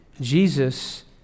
Jesus